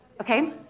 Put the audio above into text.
Okay